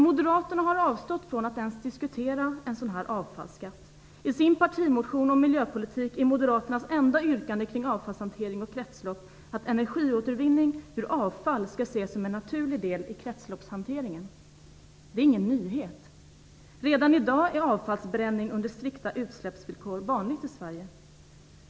Moderaterna har avstått från att ens diskutera en avfallsskatt. I sin partimotion om miljöpolitik är moderaternas enda yrkande kring avfallshantering och kretslopp att energiåtervinning av avfall skall ses som en naturlig del i kretsloppshanteringen. Det är ingen nyhet. Redan i dag är avfallsbränning under strikta utsläppsvillkor vanlig i Sverige.